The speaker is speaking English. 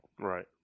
Right